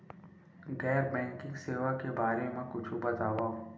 गैर बैंकिंग सेवा के बारे म कुछु बतावव?